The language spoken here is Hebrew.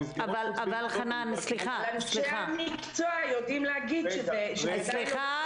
אבל אנשי המקצוע יודעים להגיד ש --- סליחה,